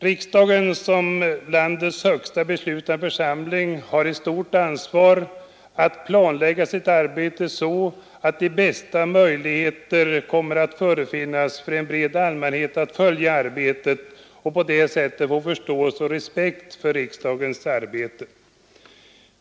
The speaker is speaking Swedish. Riksdagen som landets högsta beslutande församling har ett stort ansvar att planlägga sitt arbete så att de bästa möjligheter kommer att förefinnas för en bred allmänhet att följa arbetet och på det sättet få förståelse och respekt för landets politik.